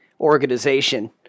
organization